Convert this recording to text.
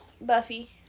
Buffy